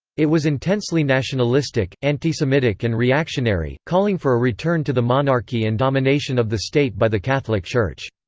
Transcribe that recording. it was intensely nationalistic, anti-semitic and reactionary, calling for a return to the monarchy and domination of the state by the catholic church.